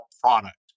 product